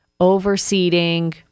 overseeding